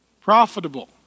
profitable